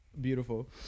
Beautiful